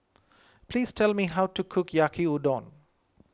please tell me how to cook Yaki Udon